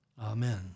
Amen